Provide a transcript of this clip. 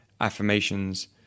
Affirmations